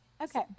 Okay